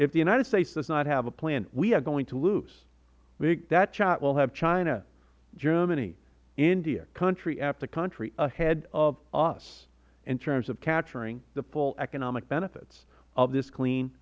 if the united states does not have a plan we are going to lose that chart will have china germany india country after country ahead of us in terms of capturing the full economic benefits of this clean